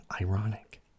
ironic